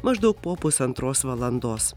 maždaug po pusantros valandos